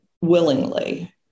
willingly